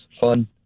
fun